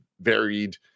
varied